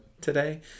today